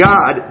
God